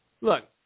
look